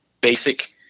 basic